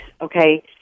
Okay